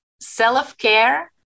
self-care